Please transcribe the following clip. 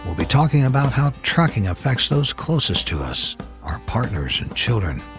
be talking about how trucking affects those closest to us our partners and children.